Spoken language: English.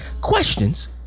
questions